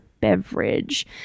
beverage